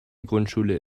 grundschule